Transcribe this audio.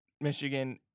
Michigan